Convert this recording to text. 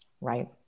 Right